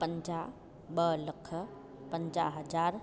पंजाह ॿ लख पंजाह हज़ार